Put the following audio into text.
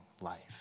life